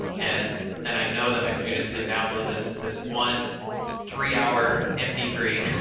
and then i know that my students can download this this one three hour m p three.